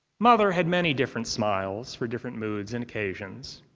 mother had many different smiles, for different moods and occasions.